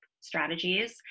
strategies